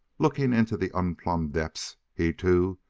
looking into the unplumbed depths, he, too,